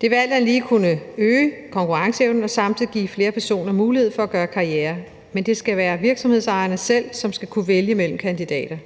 Det vil alt andet lige kunne øge konkurrenceevnen og samtidig give flere personer mulighed for at gøre karriere, men det skal være virksomhedsejerne selv, som skal kunne vælge mellem kandidater.